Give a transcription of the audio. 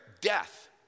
Death